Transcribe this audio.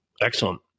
Excellent